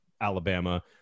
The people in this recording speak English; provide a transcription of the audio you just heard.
Alabama